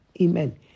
Amen